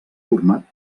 format